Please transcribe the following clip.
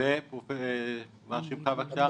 ומה שמך, בבקשה?